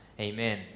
amen